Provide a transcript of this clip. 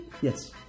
Yes